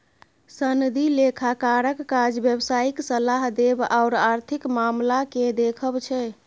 सनदी लेखाकारक काज व्यवसायिक सलाह देब आओर आर्थिक मामलाकेँ देखब छै